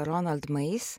ronald mais